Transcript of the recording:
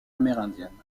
amérindiennes